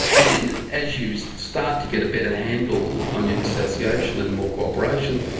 and as you so start to get a better handle on your dissociation and more cooperation,